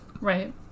Right